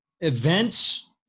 events